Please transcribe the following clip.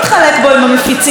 הוא שומר את זה לעצמו.